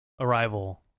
Arrival